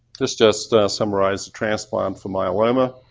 this just summarizes transplant for myeloma.